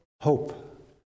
hope